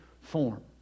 form